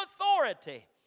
authority